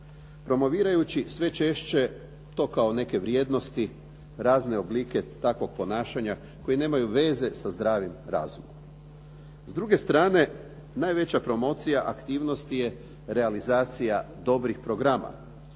Promovirajući sve češće to kao neke vrijednosti, razne oblike takvog ponašanja koji nemaju veze sa zdravim razvojem. S druge strane, najveća promocija aktivnosti je realizacija dobrih programa